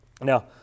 Now